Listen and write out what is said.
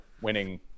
winning